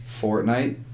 Fortnite